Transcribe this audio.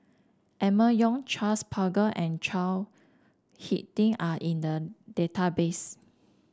Emma Yong Charles Paglar and Chao HicK Tin are in the database